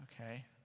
Okay